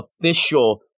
official